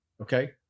Okay